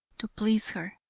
to please her.